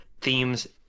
themes